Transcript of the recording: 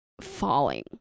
falling